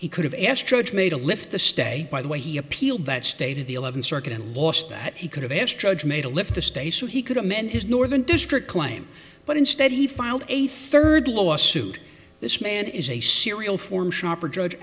he could have asked trudge me to lift the stay by the way he appealed that stated the eleventh circuit and last that he could have asked judge made a lift to stay so he could amend his northern district claim but instead he filed a third lawsuit this man is a serial form shopper judge